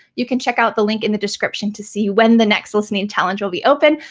you can check out the link in the description to see when the next listening challenge will be open.